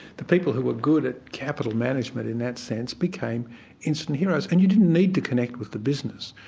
the people who were good at capital management in that sense, became instant heroes, and you didn't need to connect with the business.